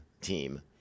team